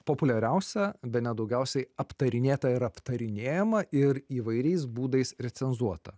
populiariausia bene daugiausiai aptarinėta ir aptarinėjama ir įvairiais būdais recenzuota